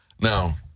Now